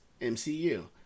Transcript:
MCU